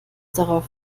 darauf